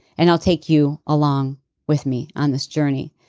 and i'll take you along with me on this journey.